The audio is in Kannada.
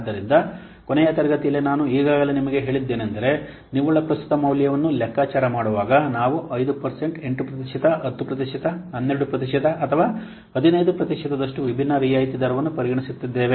ಆದ್ದರಿಂದ ಕೊನೆಯ ತರಗತಿಯಲ್ಲಿ ನಾನು ಈಗಾಗಲೇ ನಿಮಗೆ ಹೇಳಿದ್ದೇನೆಂದರೆ ನಿವ್ವಳ ಪ್ರಸ್ತುತ ಮೌಲ್ಯವನ್ನು ಲೆಕ್ಕಾಚಾರ ಮಾಡುವಾಗ ನಾವು 5 8 ಪ್ರತಿಶತ 10 ಪ್ರತಿಶತ 12 ಪ್ರತಿಶತ ಅಥವಾ 15 ಪ್ರತಿಶತದಷ್ಟು ವಿಭಿನ್ನ ರಿಯಾಯಿತಿ ದರವನ್ನು ಪರಿಗಣಿಸುತ್ತಿದ್ದೇವೆ